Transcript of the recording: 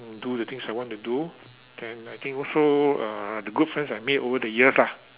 to do the things I want to do then I think also uh the good friends I made over the years lah